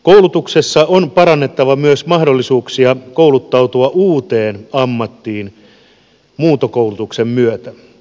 koulutuksessa on parannettava myös mahdollisuuksia kouluttautua uuteen ammattiin muuntokoulutuksen myötä